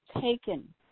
taken